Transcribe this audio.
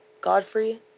Godfrey